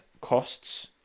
costs